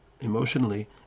emotionally